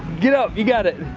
get up, you got it.